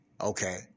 Okay